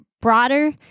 broader